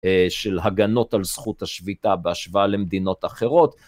של הגנות על זכות השביתה בהשוואה למדינות אחרות.